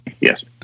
Yes